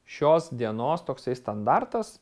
šios dienos toksai standartas